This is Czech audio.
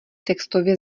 textově